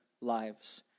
lives